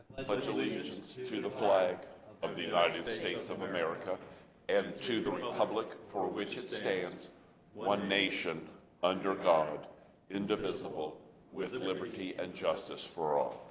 i pledge allegiance to the flag of the united states of america and to the republic for which it stands one nation under god indivisible with and liberty and justice for all